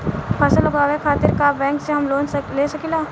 फसल उगावे खतिर का बैंक से हम लोन ले सकीला?